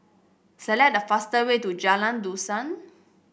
select the fastest way to Jalan Dusun